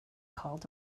called